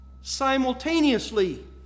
simultaneously